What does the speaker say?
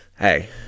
hey